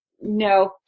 No